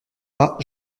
pas